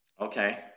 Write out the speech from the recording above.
Okay